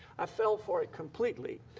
i fell for it completely.